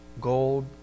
gold